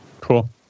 Cool